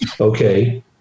okay